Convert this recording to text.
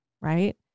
Right